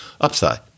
Upside